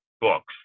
books